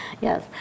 Yes